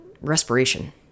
respiration